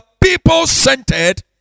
people-centered